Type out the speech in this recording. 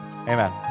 Amen